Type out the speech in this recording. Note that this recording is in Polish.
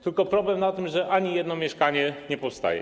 Tylko problem polega na tym, że ani jedno mieszkanie nie powstaje.